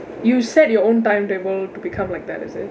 you set your own timetable to become like that is it